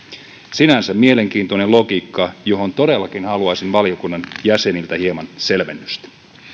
sinänsä mielenkiintoinen logiikka johon todellakin haluaisin valiokunnan jäseniltä hieman selvennystä